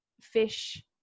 fish